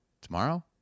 Tomorrow